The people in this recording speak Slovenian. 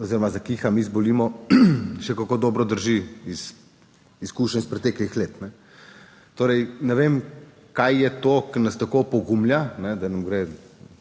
oziroma da kiha, mi zbolimo, še kako dobro drži iz izkušenj iz preteklih let. Torej, ne vem, kaj je to, kar nas tako opogumlja, da nam gre